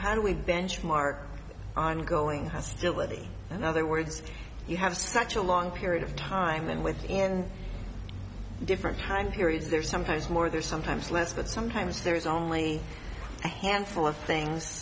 how do we benchmark ongoing hostility in other words you have such a long period of time then with in different time periods there's sometimes more there's sometimes less but sometimes there's only a handful of things